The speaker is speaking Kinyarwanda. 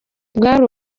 bwari